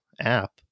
app